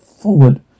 Forward